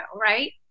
right